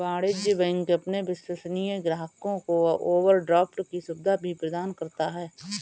वाणिज्य बैंक अपने विश्वसनीय ग्राहकों को ओवरड्राफ्ट की सुविधा भी प्रदान करता है